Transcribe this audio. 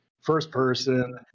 first-person